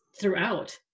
throughout